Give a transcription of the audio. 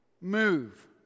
move